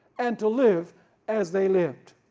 and to live as they lived.